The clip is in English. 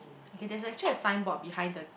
okay there's actually a signboard behind the